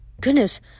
Goodness